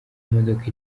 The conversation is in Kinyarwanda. imodoka